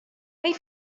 wait